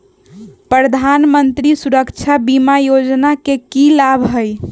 प्रधानमंत्री सुरक्षा बीमा योजना के की लाभ हई?